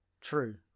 True